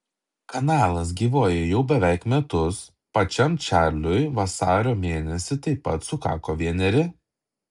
kanalas gyvuoja jau beveik metus pačiam čarliui vasario mėnesį taip pat sukako vieneri